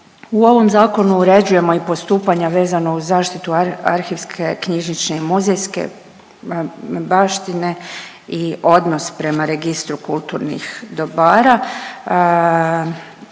U ovom zakonu uređujemo i postupanja vezano uz zaštitu arhivske knjižnične i muzejske baštine i odnos prema registru kulturnih dobara.